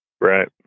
right